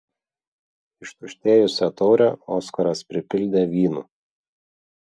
ištuštėjusią taurę oskaras pripildė vynu